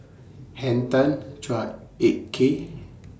Henn Tan Chua Ek Kay